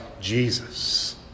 Jesus